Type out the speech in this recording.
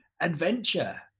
adventure